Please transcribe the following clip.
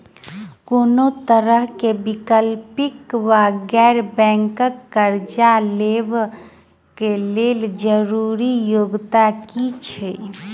कोनो तरह कऽ वैकल्पिक वा गैर बैंकिंग कर्जा लेबऽ कऽ लेल जरूरी योग्यता की छई?